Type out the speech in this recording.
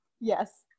Yes